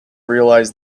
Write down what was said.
realise